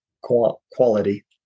quality